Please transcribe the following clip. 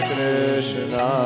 Krishna